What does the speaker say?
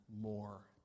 more